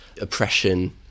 oppression